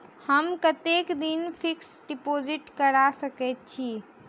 हम कतेक दिनक फिक्स्ड डिपोजिट करा सकैत छी?